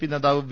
P നേതാവ് V